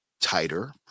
tighter